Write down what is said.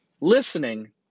Listening